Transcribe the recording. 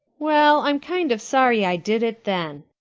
well, i'm kind of sorry i did it, then,